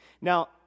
Now